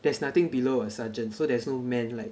there's nothing below a sergeant so there's no men like